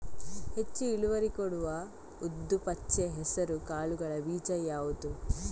ಹೆಚ್ಚು ಇಳುವರಿ ಕೊಡುವ ಉದ್ದು, ಪಚ್ಚೆ ಹೆಸರು ಕಾಳುಗಳ ಬೀಜ ಯಾವುದು?